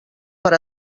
per